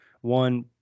one